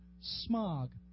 smog